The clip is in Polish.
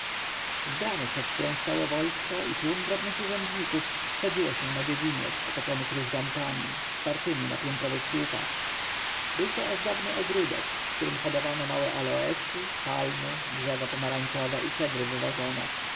bramy przed którą stało wojsko i tłum drobnych urzędników wchodziło się na dziedziniec otoczony krużgankami wspartemi na piętrowych słupach był to ozdobny ogródek w którym hodowano małe aloesy palmy drzewa pomarańczowe i cedry w wazonach